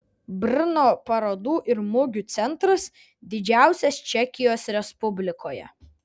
brno parodų ir mugių centras didžiausias čekijos respublikoje